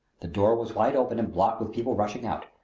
the door was wide open and blocked with people rushing out.